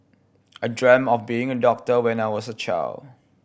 I dreamt of being a doctor when I was a child